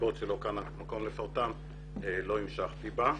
ומסיבות שלא כאן המקום לפרטן לא המשכתי בזה.